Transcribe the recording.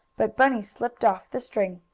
but bunny slipped off the string.